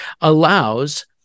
allows